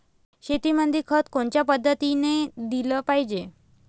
शेतीमंदी खत कोनच्या पद्धतीने देलं पाहिजे?